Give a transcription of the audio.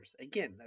Again